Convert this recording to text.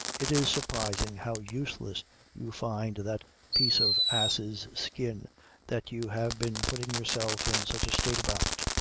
it is surprising how useless you find that piece of ass's skin that you have been putting yourself in such a state about.